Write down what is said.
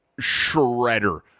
shredder